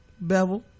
bevel